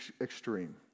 extreme